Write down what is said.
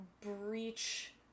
breach